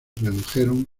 redujeron